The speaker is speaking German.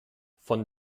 von